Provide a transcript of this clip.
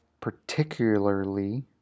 particularly